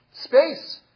space